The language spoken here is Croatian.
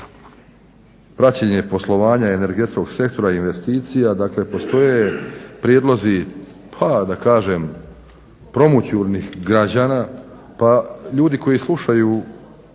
praćenje poslovanja energetskog sektora investicija, dakle postoje prijedlozi pa da kažem promućurnih građana pa ljudi koji slušaju